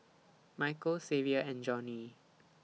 Michael Xavier and Joni